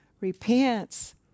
repents